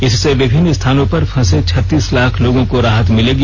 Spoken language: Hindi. इससे विभिन्न स्थानों पर फंसे छत्तीस लाख लोगों को राहत मिलेगी